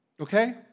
Okay